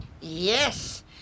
Yes